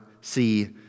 see